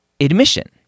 admission